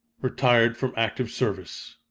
retired from active service.